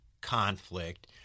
conflict